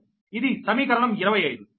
ఇది సమీకరణం 25